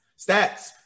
Stats